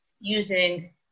using